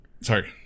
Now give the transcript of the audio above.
Sorry